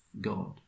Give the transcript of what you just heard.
God